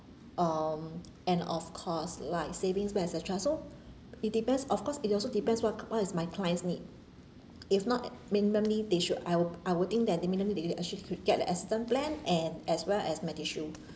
um and of course like savings plan et cetera so it depends of course it also depends what what is my client's need if not minimally they should I would I would think that the minimum they uh should get the accident plan and as well as MediShield